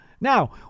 Now